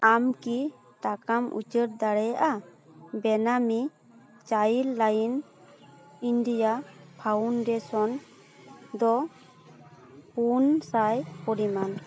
ᱟᱢ ᱠᱤ ᱴᱟᱠᱟᱢ ᱩᱪᱟᱹᱲ ᱫᱟᱲᱮᱭᱟᱜᱼᱟ ᱵᱮᱱᱟᱢᱤ ᱪᱟᱭᱤᱞᱰ ᱞᱟᱭᱤᱱ ᱤᱱᱰᱤᱭᱟ ᱯᱷᱟᱣᱩᱱᱰᱮᱥᱚᱱ ᱫᱚ ᱯᱩᱱ ᱥᱟᱭ ᱯᱚᱨᱤᱢᱟᱱ